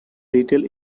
little